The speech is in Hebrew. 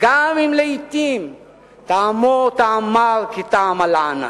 גם אם לעתים טעמו טעם מר כטעם הלענה.